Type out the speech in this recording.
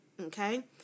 Okay